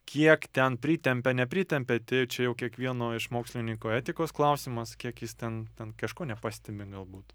kiek ten pritempia nepritempia tai jau čia jau kiekvieno iš mokslininko etikos klausimas kiek jis ten ten kažko nepastebi galbūt